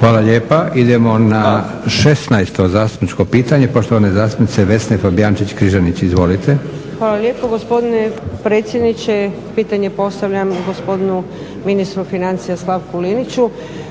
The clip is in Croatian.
Hvala lijepa. Idemo na 16. zastupničko pitanje poštovane zastupnice Vesne Fabijančić-Križanić. Izvolite. **Fabijančić Križanić, Vesna (SDP)** Hvala lijepo gospodine predsjedniče, pitanje postavljam gospodinu ministru financija Slavku Liniću.